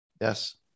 Yes